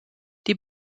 die